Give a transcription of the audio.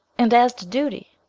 and as to duty,